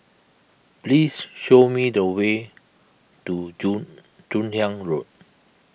please show me the way to Joon Joon Hiang Road